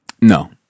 No